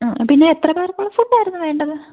ആ പിന്നെ എത്ര പേർക്കുള്ള ഫുഡ് ആയിരുന്നു വേണ്ടത്